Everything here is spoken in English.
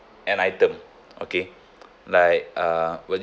an item okay like uh would